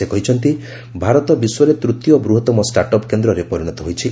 ସେ କହିଛନ୍ତି ଭାରତ ବିଶ୍ୱରେ ତୃତୀୟ ବୃହତମ ଷ୍ଟାର୍ଟ ଅପ୍ କେନ୍ଦ୍ରରେ ପରିଣତ ହୋଇଛି